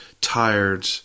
tired